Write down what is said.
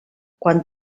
quan